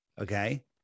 Okay